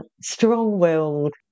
strong-willed